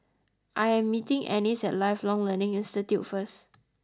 I am meeting Annis at Lifelong Learning Institute first